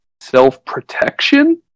self-protection